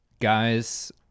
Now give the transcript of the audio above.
guys